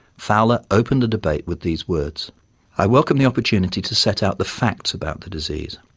fowler opened the debate with these words i welcome the opportunity, to set out the facts about the disease,